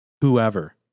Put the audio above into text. Whoever